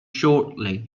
shortly